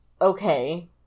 okay